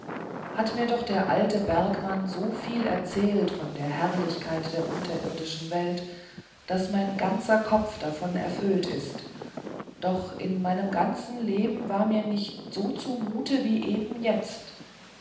hat mir doch der alte bergmann so viel erzählt von der herrlichkeit der unterirdischen welt daß mein ganzer kopf davon erfüllt ist noch in meinem ganzen leben war mir nicht so zumute als eben jetzt